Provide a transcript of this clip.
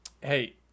hey